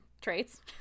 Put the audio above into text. traits